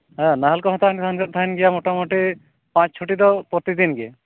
ᱦᱮᱸ ᱱᱟᱦᱮᱞ ᱠᱚᱦᱚᱸ ᱛᱟᱦᱮᱱ ᱠᱟᱱ ᱛᱟᱦᱮᱸᱫ ᱜᱮᱭᱟ ᱢᱚᱴᱟᱢᱩᱴᱤ ᱯᱟᱸᱪ ᱪᱷᱚ ᱴᱤ ᱫᱚ ᱯᱨᱚᱛᱤ ᱫᱤᱱ ᱜᱮ